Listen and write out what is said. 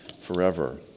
forever